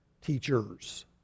teachers